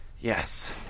Yes